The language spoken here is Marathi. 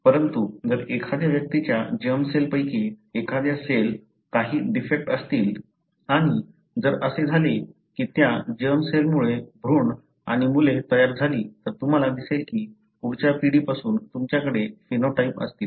परंतु जर एखाद्या व्यक्तीच्या जर्मसेल पैकी एखाद्या सेल काही डिफेक्ट असतील आणि जर असे झाले की त्या जर्म सेलमुळे भ्रूण आणि मुले तयार झाली तर तुम्हाला दिसेल की पुढच्या पिढी पासून तुमच्याकडे फिनोटाइप असतील